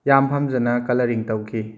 ꯌꯥꯝ ꯄꯥꯝꯖꯅ ꯀꯂꯔꯔꯤꯡ ꯇꯧꯈꯤ